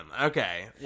Okay